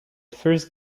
first